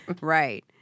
Right